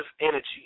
energy